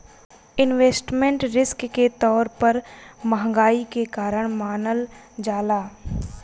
investment risk के तौर पर महंगाई के कारण मानल जाला